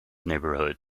neighborhood